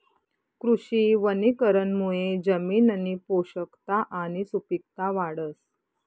कृषी वनीकरणमुये जमिननी पोषकता आणि सुपिकता वाढस